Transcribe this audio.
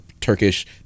turkish